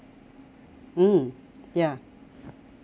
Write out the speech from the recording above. mm ya